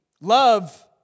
love